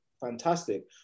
fantastic